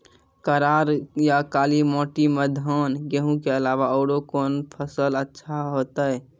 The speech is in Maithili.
करार या काली माटी म धान, गेहूँ के अलावा औरो कोन फसल अचछा होतै?